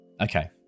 Okay